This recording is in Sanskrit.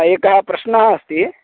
एकः प्रश्नः अस्ति